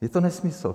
Je to nesmysl.